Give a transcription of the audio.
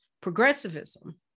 progressivism